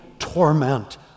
torment